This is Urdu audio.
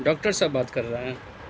ڈاکٹر صاحب بات کر رہے ہیں